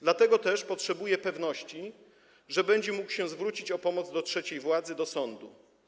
Dlatego też potrzebuje pewności, że będzie mógł się zwrócić o pomoc do trzeciej władzy, do sądu.